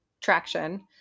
Traction